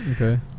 Okay